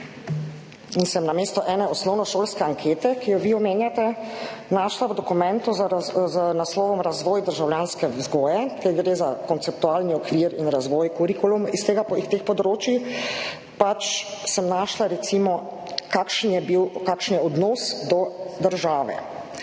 in sem namesto ene osnovnošolske ankete, ki jo vi omenjate, našla v dokumentu z naslovom Razvoj državljanske vzgoje, kjer gre za konceptualni okvir in razvoj kurikuluma s teh področij. Našla sem recimo, kakšen je odnos do države.